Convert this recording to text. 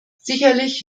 sicherlich